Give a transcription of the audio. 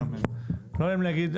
לא נעים לי להגיד.